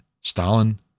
Stalin